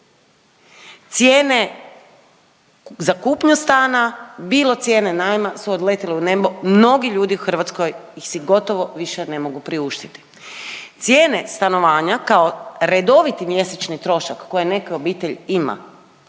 cijene za kupnju stana bilo cijene najma su odletile u nego, mnogi ljudi u Hrvatskoj ih si gotovo ne mogu priuštiti. Cijene stanovanja kao redoviti mjesečni trošak koju neka obitelj ima,